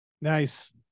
nice